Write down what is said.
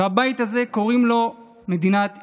ולבית הזה קוראים מדינת ישראל.